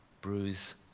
bruise